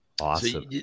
awesome